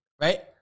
right